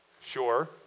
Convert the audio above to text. sure